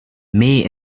may